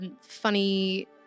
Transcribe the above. funny